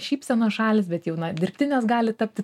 šypsenos šalys bet jau na dirbtinės gali tapti